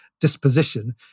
disposition